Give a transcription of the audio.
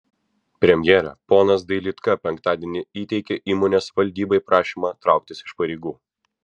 premjere ponas dailydka penktadienį įteikė įmonės valdybai prašymą trauktis iš pareigų